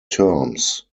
terms